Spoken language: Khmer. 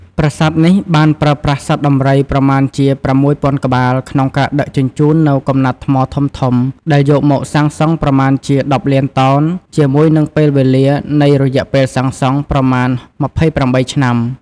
ប្រាសាទនេះបានប្រើប្រាស់សត្វដំរី ប្រមាណជា ៦០០០ ក្បាល ក្នុងការដឹកជញ្ជូននូវកំំំណាត់ថ្មធំៗ ដែលយកមកសាងសង់ប្រមាណជា ១០លានតោន ជាមួយនិងពេលវេលា នៃរយៈពេលសាងសង់ប្រមាណជា ២៨ ឆ្នាំ ។